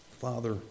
Father